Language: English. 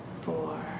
four